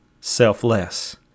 selfless